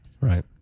Right